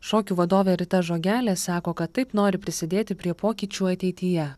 šokių vadovė rita žogelė sako kad taip nori prisidėti prie pokyčių ateityje